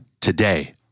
today